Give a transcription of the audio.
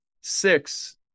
six